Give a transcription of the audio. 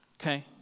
Okay